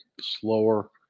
slower